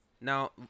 Now